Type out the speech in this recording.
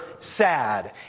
sad